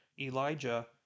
Elijah